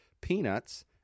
peanuts